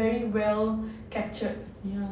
very well captured ya